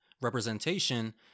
representation